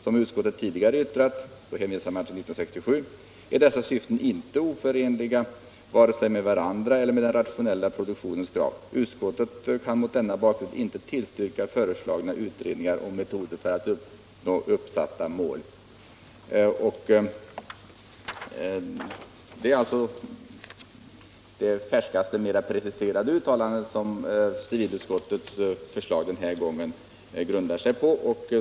Som utskottet tidigare yttrat” — då hänvisar man till 1967 — ”är dessa syften inte oförenliga vare sig med varandra eller med den rationella produktionens krav. Utskottet kan mot denna bakgrund inte tillstyrka föreslagna utredningar om metoder för att uppnå uppsatta mål.” Det är det färskaste och mera preciserade uttalande som civilutskottets förslag denna gång grundar sig på.